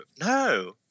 No